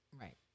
Right